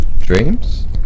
dreams